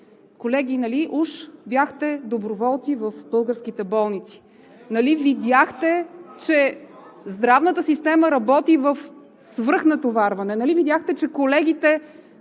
Колеги, нали уж бяхте доброволци в българските болници?! Нали видяхте, че здравната система работи в свръхнатоварване? Нали видяхте, че колегите